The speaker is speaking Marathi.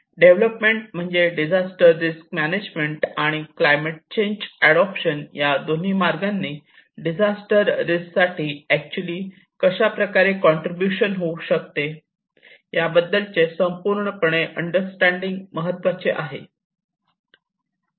डेव्हलपमेंट म्हणजेच डिझास्टर रिस्क मॅनेजमेंट आणि क्लायमेट चेंज अडोप्शन या दोन्ही मार्गांनी डिझास्टर रिस्कसाठी ऍक्च्युली कशाप्रकारे कॉन्ट्रीब्युशन होऊ शकते याबद्दलचे संपूर्णपणे अंडरस्टँडिंग महत्त्वाचे आहे